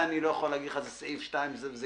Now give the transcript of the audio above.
אני לא יודע להגיד לך שזה סעיף זה וזה